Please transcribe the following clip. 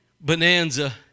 bonanza